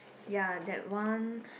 ya that one